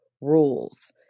rules